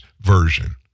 version